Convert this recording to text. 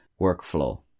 workflow